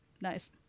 Nice